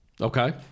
Okay